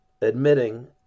admitting